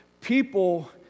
People